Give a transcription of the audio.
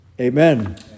Amen